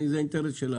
זה האינטרס שלנו.